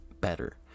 better